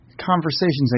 Conversations